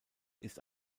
ist